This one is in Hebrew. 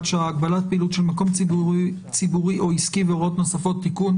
שעה) (הגבלת פעילות של מקום ציבורי או עסקי והוראות נוספות)(תיקון),